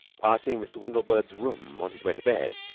passing mr. windlebird's room on his way to bed,